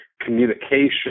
communication